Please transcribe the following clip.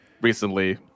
recently